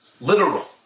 literal